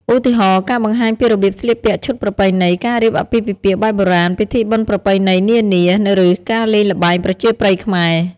ឧទាហរណ៍ ការបង្ហាញពីរបៀបស្លៀកពាក់ឈុតប្រពៃណី ការរៀបអាពាហ៍ពិពាហ៍បែបបុរាណ ពិធីបុណ្យប្រពៃណីនានា ឬការលេងល្បែងប្រជាប្រិយខ្មែរ។